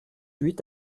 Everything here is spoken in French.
huit